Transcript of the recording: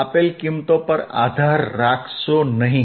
આપેલ કિંમતો પર આધાર રાખશો નહીં